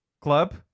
Club